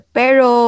pero